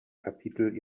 kapitel